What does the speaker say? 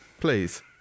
Please